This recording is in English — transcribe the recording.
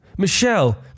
Michelle